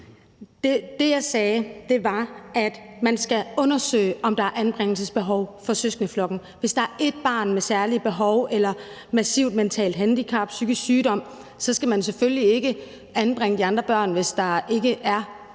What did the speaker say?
Det, jeg sagde, var, at man skal undersøge, om der er anbringelsesbehov for søskendeflokken. Hvis der er ét barn med særlige behov eller med et massivt mentalt handicap eller psykisk sygdom, skal man selvfølgelig ikke anbringe de andre børn, hvis der ikke er et grundlag for